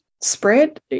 spread